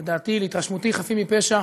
לדעתי, להתרשמותי, חפים מפשע,